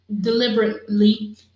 deliberately